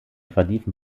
verliefen